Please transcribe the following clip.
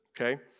okay